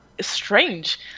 strange